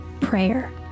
Prayer